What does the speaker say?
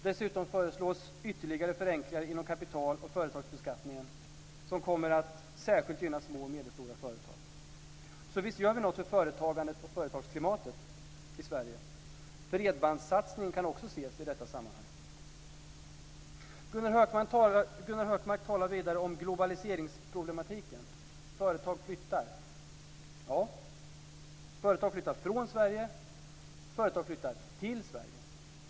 Dessutom föreslås ytterligare förenklingar inom kapital och företagsbeskattningen som kommer att särskilt gynna små och medelstora företag. Visst gör vi något för företagandet och företagsklimatet i Sverige. Bredbandssatsningen kan också ses i detta sammanhang. Gunnar Hökmark talade vidare om globaliseringsproblemen. Företag flyttar. Ja, företag flyttar från Sverige, och företag flyttar till Sverige.